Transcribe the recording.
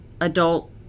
adult